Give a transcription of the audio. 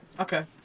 Okay